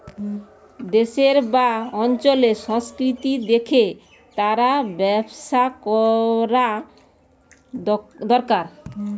দেশের বা অঞ্চলের সংস্কৃতি দেখে তার ব্যবসা কোরা দোরকার